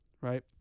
Right